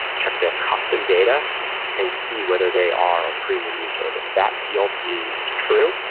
check their custom data and see whether they are a premium user. if that field is true,